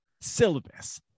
Syllabus